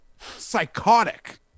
Psychotic